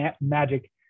magic